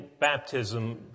baptism